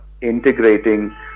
integrating